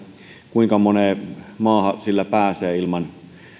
kuinka moneen maahan sillä pääsee ilman